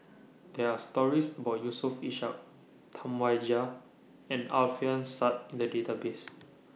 There Are stories about Yusof Ishak Tam Wai Jia and Alfian Sa'at in The Database